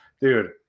dude